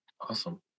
Awesome